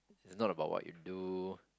it's not about what you do